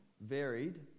varied